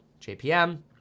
JPM